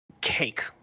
cake